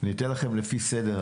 אנשים שעשו חסד עם ההורים,